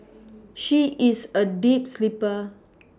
she is a deep sleeper